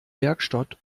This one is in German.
werkstatt